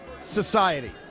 society